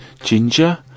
Ginger